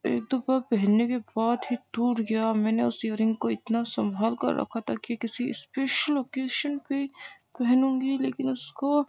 ایک دفعہ پہننے کے بعد ہی ٹوٹ گیا میں نے اس ایئر رنگ کو اتنا سنبھال کر رکھا تھا کہ کسی اسپیشل اوکیشن پہ پہنوں گی لیکن اس کو